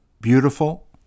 beautiful